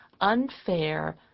unfair